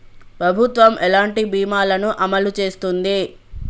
ప్రభుత్వం ఎలాంటి బీమా ల ను అమలు చేస్తుంది?